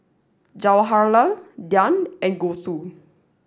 Jawaharlal Dhyan and Gouthu